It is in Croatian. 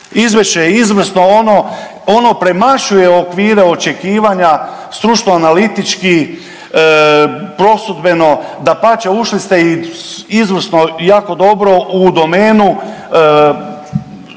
izvješće je izvrsno, ono premašuje okvire očekivanja, stručno analitički, prosudbeno, dapače, ušli ste i izvrsno i u domenu